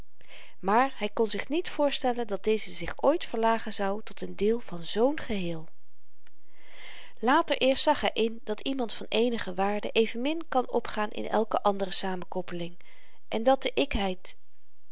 maar hy kon zich niet voorstellen dat deze zich ooit verlagen zou tot n deel van z'n geheel later eerst zag hy in dat iemand van eenige waarde evenmin kan opgaan in elke andere samenkoppeling en dat de ikheid